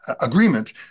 agreement